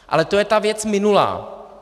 Ale to je ta věc minulá.